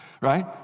Right